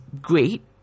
great